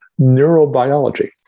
neurobiology